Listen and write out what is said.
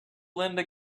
linda